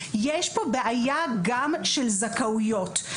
יש פה בעיה גם של זכאויות.